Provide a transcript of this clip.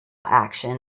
action